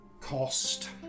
cost